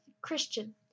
christian